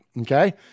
Okay